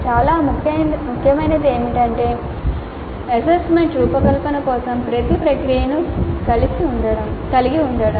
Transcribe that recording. చాలా ముఖ్యమైనది ఏమిటంటే అసెస్మెంట్ రూపకల్పన కోసం కొంత ప్రక్రియను కలిగి ఉండటం